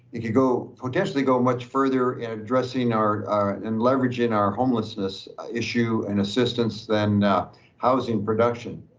you could go potentially go much further in addressing our, and leveraging our homelessness issue and assistance than a housing production.